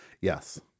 Yes